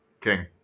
King